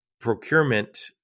procurement